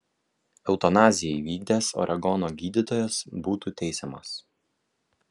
eutanaziją įvykdęs oregono gydytojas būtų teisiamas